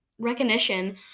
recognition